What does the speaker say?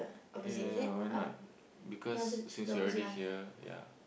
ya ya ya why not because since you're already here ya